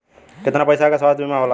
कितना पैसे का स्वास्थ्य बीमा होला?